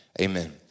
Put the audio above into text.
amen